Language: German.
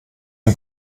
ein